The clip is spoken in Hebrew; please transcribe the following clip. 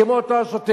כמו אותו השוטר.